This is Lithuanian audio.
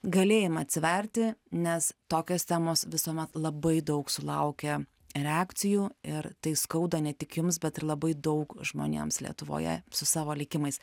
galėjimą atsiverti nes tokios temos visuomet labai daug sulaukia reakcijų ir tai skauda ne tik jums bet ir labai daug žmonėms lietuvoje su savo likimais